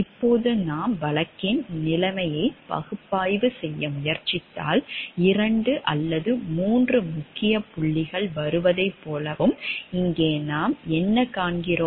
இப்போது நாம் வழக்கின் நிலைமையை பகுப்பாய்வு செய்ய முயற்சித்தால் 2 அல்லது 3 முக்கிய புள்ளிகள் வருவதைப் போலவும் இங்கே நாம் என்ன காண்கிறோம்